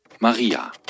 Maria